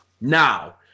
Now